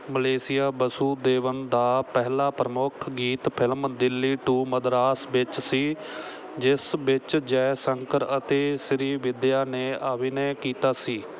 Malaysia Vasudevan ਦਾ ਪਹਿਲਾ ਪ੍ਰਮੁੱਖ ਗੀਤ ਫਿਲਮ ਦਿੱਲੀ ਟੂ ਮਦਰਾਸ ਵਿੱਚ ਸੀ ਜਿਸ ਵਿੱਚ ਜੈਸ਼ੰਕਰ ਅਤੇ ਸ਼੍ਰੀਵਿਦਿਆ ਨੇ ਅਭਿਨੈ ਕੀਤਾ ਸੀ